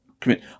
commit